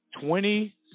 Twenty